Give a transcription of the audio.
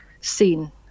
seen